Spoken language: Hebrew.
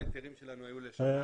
ההיתרים שלנו היו לשנה,